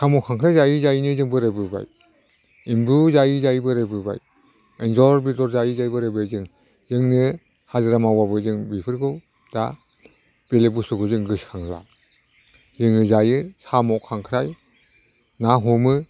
साम' खांख्राय जायै जायैनो जों बोराइबोबाय एम्बु जायै जायै बोराइबोबाय एन्जर बेदर जायै जायै बोराइबोबाय जों जोङो जों हाजिरा मावबाबो बेफोरखौ दा बेलेग बुस्थुखौ जों गोसोखांला जोङो जायो साम' खांख्राय ना हमो